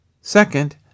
Second